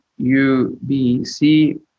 UBC